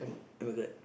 what's that